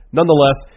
Nonetheless